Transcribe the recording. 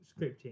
scripting